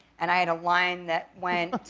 and i had a line that went,